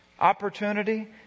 opportunity